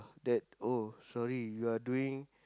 that oh sorry you are doing